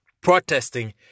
protesting